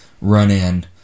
run-in